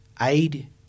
aid